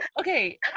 okay